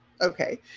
Okay